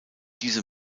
diese